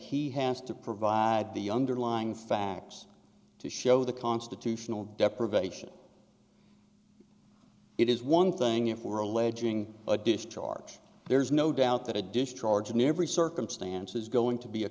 he has to provide the younger line facts to show the constitutional deprivation it is one thing if we were alleging a discharge there's no doubt that a discharge in every circumstance is going to be a